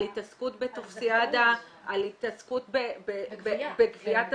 על התעסקות בטופסיאדה, על התעסקות בגביית הזכאות.